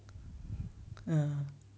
uh